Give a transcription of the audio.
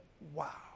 Wow